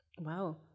Wow